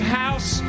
house